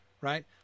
right